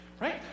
right